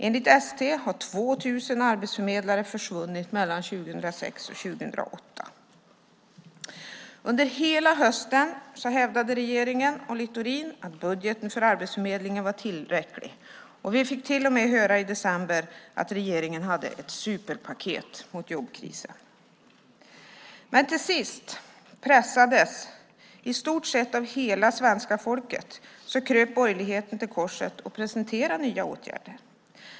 Enligt ST har 2 000 arbetsförmedlare försvunnit mellan 2006 och 2008. Under hela hösten hävdade regeringen och Littorin att budgeten för Arbetsförmedlingen var tillräcklig, och vi fick till och med höra i december att regeringen hade ett superpaket mot jobbkrisen. Men till sist, pressade av i stort sett hela svenska folket, kröp borgerligheten till korset och presenterade nya åtgärder.